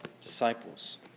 disciples